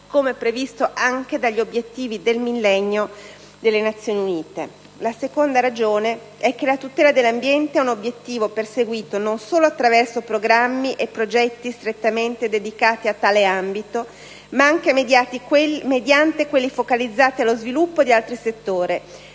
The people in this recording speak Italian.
come previsto anche dagli obiettivi del Millennio delle Nazioni Unite. La seconda ragione è che la tutela dell'ambiente è un obiettivo perseguito non solo attraverso programmi e progetti strettamente dedicati a tale ambito, ma anche mediante quelli focalizzati allo sviluppo di altri settori,